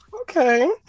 okay